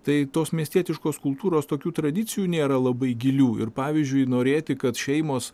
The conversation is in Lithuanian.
tai tos miestietiškos kultūros tokių tradicijų nėra labai gilių ir pavyzdžiui norėti kad šeimos